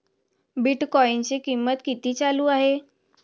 बिटकॉइनचे कीमत किती चालू आहे